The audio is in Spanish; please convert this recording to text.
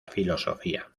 filosofía